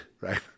right